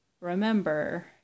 remember